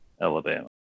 Alabama